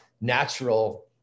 natural